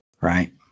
Right